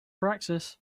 practice